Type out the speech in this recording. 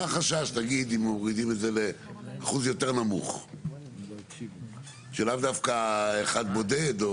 מה החשש אם מורידים את זה לאחוז יותר נמוך של לאו דווקא אחד בודד?